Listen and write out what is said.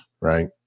right